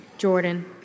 Jordan